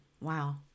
Wow